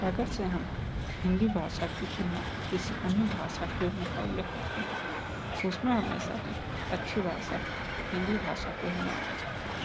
अगरचे हम हिंदी भाषा की तुलना किसी अन्य भाषा के मुक़ाबले करते है तो उसमें हमेशा ही अच्छी भाषा हिंदी भाषा को ही माना जाता है